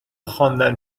خواندن